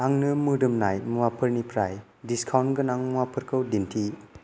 आंनो मोदोमनाय मुवाफोरनिफ्राय डिसकाउन्ट गोनां मुवाफोरखौ दिन्थि